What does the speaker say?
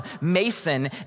Mason